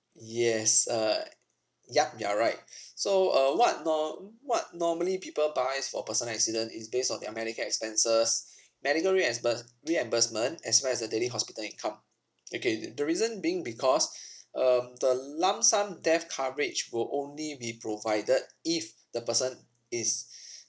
yes uh yup you are right so uh what norm~ what normally people buys for personal accident is based on their medical expenses medical reasburse~ reimbursement as well as the daily hospital income okay the the reason being because um the lump sum death coverage will only be provided if the person is